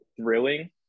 thrilling